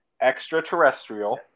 extraterrestrial